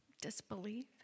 disbelief